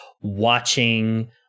watching